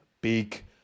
big